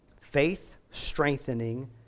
faith-strengthening